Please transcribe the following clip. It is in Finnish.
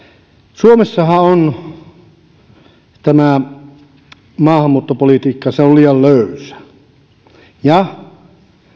suomessahan on maahanmuuttopolitiikka liian löysä ja